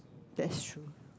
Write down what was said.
that's true